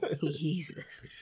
Jesus